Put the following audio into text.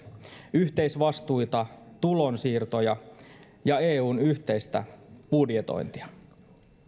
yhteisvastuita tulonsiirtoja ja eun yhteistä budjetointia